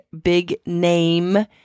big-name